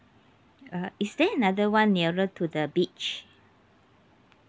uh is there another one nearer to the beach